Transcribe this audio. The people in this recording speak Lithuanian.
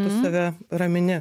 tu save ramini